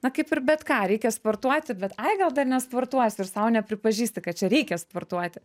na kaip ir bet ką reikia sportuoti bet ai gal dar ne sportuosiu ir sau nepripažįsti kad čia reikia sportuoti